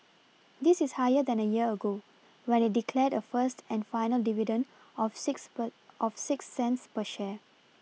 this is higher than a year ago when it declared a first and final dividend of six per of six cents per share